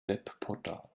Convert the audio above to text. webportal